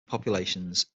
populations